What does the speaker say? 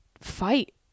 fight